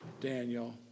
Daniel